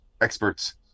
experts